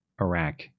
Iraq